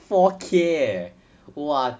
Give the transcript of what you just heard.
four K leh !wah!